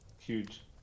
Huge